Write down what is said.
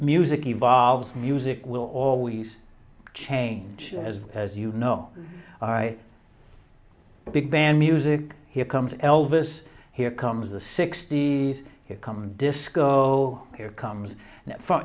music evolves music will always change as as you know all right big band music here comes elvis here comes the sixty's come disco here comes from